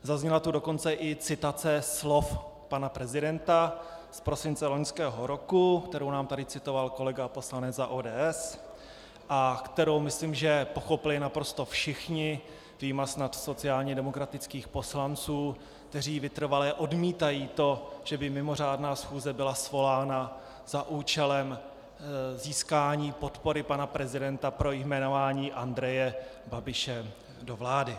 Zazněla tu dokonce i citace slov pana prezidenta z prosince loňského roku, kterou nám tady citoval kolega poslanec za ODS a kterou myslím, že pochopili naprosto všichni, vyjma snad sociálně demokratických poslanců, kteří vytrvale odmítají to, že by mimořádná schůze byla svolána za účelem získání podpory pana prezidenta pro jmenování Andreje Babiše do vlády.